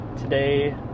today